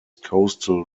coastal